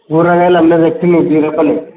కూరగాయలు అమ్మే వ్యక్తిని బీరప్పని